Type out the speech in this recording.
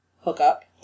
hookup